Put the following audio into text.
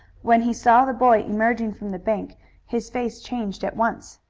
when he saw the boy emerging from the bank his face changed at once.